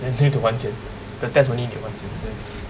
and then you only do once leh the test only do once eh